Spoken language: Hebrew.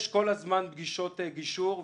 יש כל הזמן פגישות גישור.